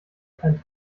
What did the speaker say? kein